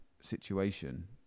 situation